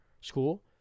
school